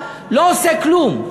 לא עושה כלום.